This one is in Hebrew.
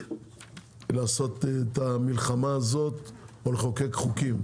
לעשות את המלחמה הזאת או לחוקק חוקים.